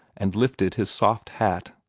and lifted his soft hat.